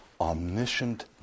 omniscient